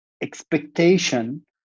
expectation